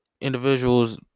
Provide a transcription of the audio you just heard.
individuals